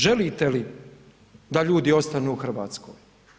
Želite li da ljudi ostanu u Hrvatskoj?